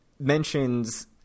Mentions